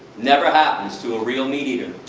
never happens to a real meat eater.